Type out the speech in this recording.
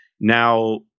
now